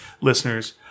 listeners